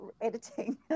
editing